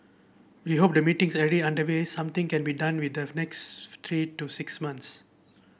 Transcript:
we hope the meetings already underway something can be done with the next three to six months